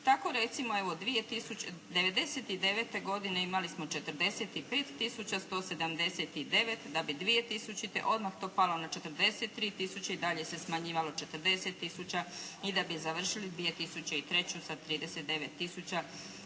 Tako recimo evo '99. godine imali smo 45 tisuća 179 da bi 2000. odmah to palo na 43 tisuće i dalje se smanjivalo 40 tisuća i da bi završili 2003. sa 39